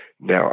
Now